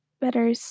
better